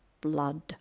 blood